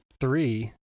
three